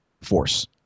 force